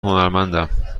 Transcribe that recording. هنرمندم